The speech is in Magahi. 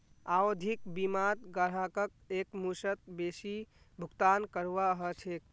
आवधिक बीमात ग्राहकक एकमुश्त बेसी भुगतान करवा ह छेक